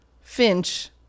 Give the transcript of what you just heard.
finch